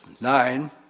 nine